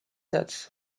sets